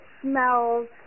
smells